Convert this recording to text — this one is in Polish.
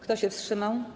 Kto się wstrzymał?